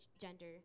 gender